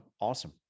awesome